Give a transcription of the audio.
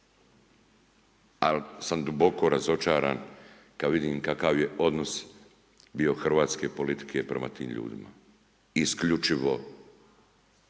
Ali sam duboko razočaran kad vidim kakav je odnos bio hrvatske politike prema tim ljudima. Isključivo